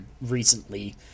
recently